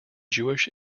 jewish